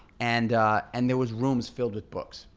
and and there was rooms filled with books,